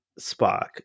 Spock